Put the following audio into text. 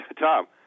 Tom